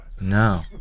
No